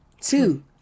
two